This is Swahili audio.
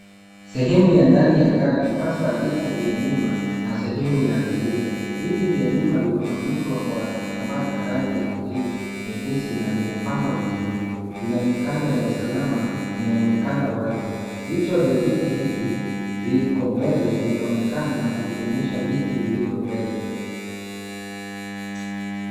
Sehemu ya ndani ya gari hasa viti vya nyuma na sehemu ya abiria. Viti vya nyuma vimefunikwa kwa kitambaa cha rangi ya kijivu nyespesi na vimepangwa vizuri. Vina mikanda ya usalama inayoonekana wazi. Vichwa vya viti hivi viko mbele, vinaonekana vikionyesha viti vilivyo mbele.